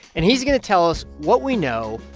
and he's going to tell us what we know,